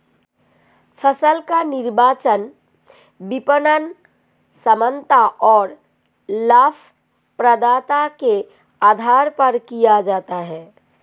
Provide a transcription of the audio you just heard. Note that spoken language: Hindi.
फसल का निर्धारण विपणन क्षमता और लाभप्रदता के आधार पर किया जाता है